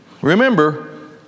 remember